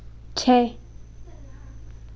छः